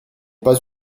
pas